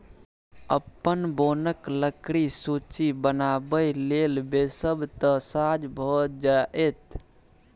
अपन बोनक लकड़ीक सूची बनाबय लेल बैसब तँ साझ भए जाएत